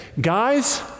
Guys